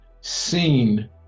seen